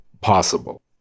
possible